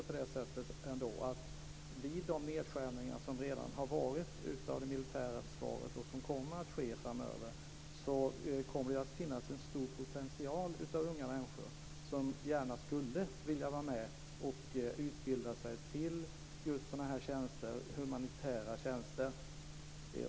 Men det har redan gjorts nedskärningar av det militära försvaret, och de nedskärningar som kommer att ske framöver kommer att medföra en stor potential av unga människor som gärna skulle vilja utbilda sig för just humanitära tjänster.